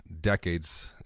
decades